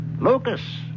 Lucas